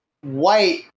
White